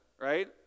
right